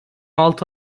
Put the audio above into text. altı